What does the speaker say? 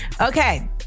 okay